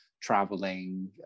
traveling